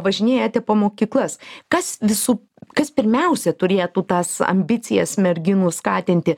važinėjate po mokyklas kas visų kas pirmiausia turėtų tas ambicijas merginų skatinti